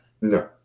no